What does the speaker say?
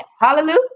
hallelujah